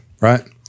right